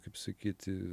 kaip sakyti